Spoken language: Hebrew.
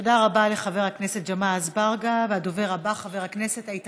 תודה רבה לחבר הכנסת ג'מעה אזברגה.